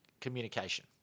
communication